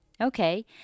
Okay